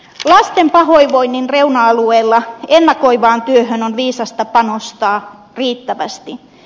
lasten pahoinvoinnin reuna alueilla ennakoivaan työhön on viisasta panostaa riittävästi